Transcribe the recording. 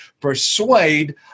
persuade